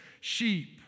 sheep